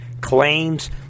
claims